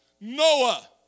Noah